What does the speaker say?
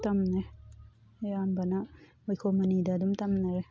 ꯇꯝꯅꯩ ꯑꯌꯥꯝꯕꯅ ꯋꯥꯏꯈꯣꯝ ꯃꯅꯤꯗ ꯑꯗꯨꯝ ꯇꯝꯅꯔꯦ